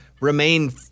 remain